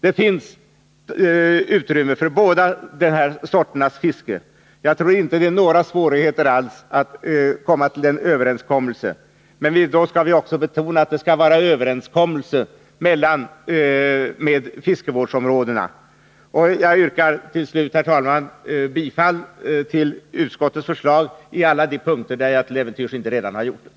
Det finns utrymme för båda dessa sorters fiske. Jag tror inte att det blir några som helst svårigheter att komma överens. Men då vill vi betona att det skall vara en överenskommelse mellan fiskevårdsområdena. Jag yrkar, herr talman, bifall till utskottets förslag på alla de punkter där jag till äventyrs inte redan har gjort det.